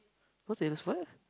what Taylor's what